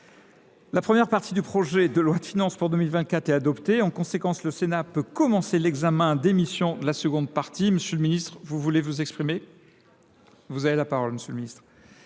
La première partie du projet de loi de finances pour 2024 est adoptée. En conséquence, le Sénat peut commencer l'examen d'émissions de la seconde partie. M. le Ministre, vous voulez vous exprimer ? Vous avez la parole, M. le Ministre.